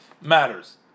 matters